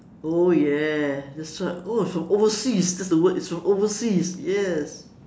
oh ya that's what oh so overseas that's the word it's from overseas yes